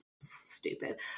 stupid